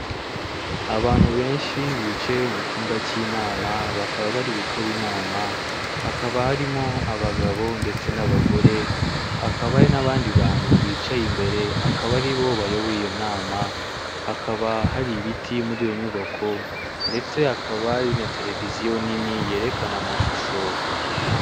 Abantu benshi bicaye mu cyumba cy'inama, bakaba bari gukora inama, hakaba harimo abagabo ndetse n'abagore, hakaba hari n'abandi bantu bicaye imbere akaba ari bo bayoboye iyo nama, hakaba hari ibiti muri iyo nyubako ndetse hakaba hari na televiziyo nini yerekana amashusho.